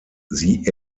sie